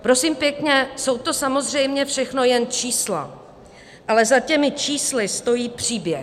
Prosím pěkně, jsou to samozřejmě všechno jen čísla, ale za těmi čísly stojí příběh.